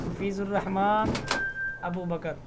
Hafeez ur Rahman Abu Bakr